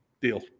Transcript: Deal